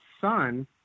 son